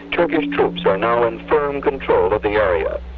turkish troops are now in firm control of the area.